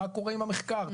"..מה קורה עם המחקר,